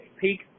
Peak